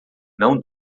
não